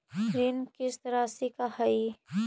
ऋण किस्त रासि का हई?